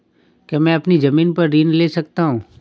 क्या मैं अपनी ज़मीन पर ऋण ले सकता हूँ?